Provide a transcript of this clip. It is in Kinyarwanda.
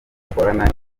bakorana